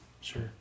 Sure